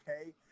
okay